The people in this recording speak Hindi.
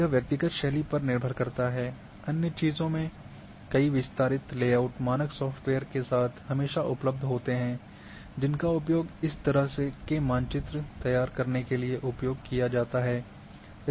यह व्यक्तिगत शैली पर निर्भर करता है अन्य चीजों में कई विस्तारित लेआउट मानक सॉफ़्टवेयर के साथ हमेशा उपलब्ध होते हैं जिनका उपयोग इस तरह के मानचित्र तैयार करने के लिए उपयोग किया जाता है